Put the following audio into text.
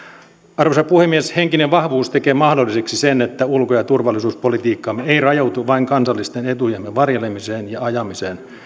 arvoisa puhemies henkinen vahvuus tekee mahdolliseksi sen että ulko ja turvallisuuspolitiikkamme ei rajoitu vain kansallisten etujemme varjelemiseen ja ajamiseen